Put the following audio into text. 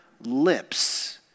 lips